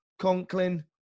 Conklin